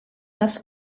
das